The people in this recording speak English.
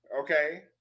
Okay